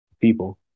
people